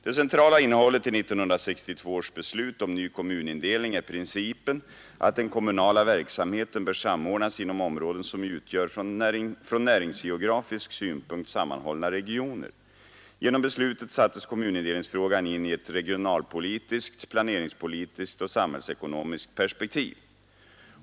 Det centrala innehållet i 1972 års beslut om ny kommunindelning är principen att den kommunala verksamheten bör samordnas inom områden som utgör från näringsgeografisk synpunkt sammanhållna regioner. Genom beslutet sattes kommunindelningsfrågan in i ett regionalpolitiskt, planeringspolitiskt och samhällsekonomiskt perspektiv.